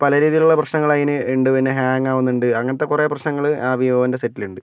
പല രീതിയിലുള്ള പ്രശ്നങ്ങളതിന് ഉണ്ട് പിന്നെ ഹേങ്ങാകുന്നുണ്ട് അങ്ങനത്തെ കുറേ പ്രശ്നങ്ങൾ ആ വിവോൻ്റെ സെറ്റിലുണ്ട്